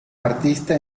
artista